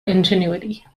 ingenuity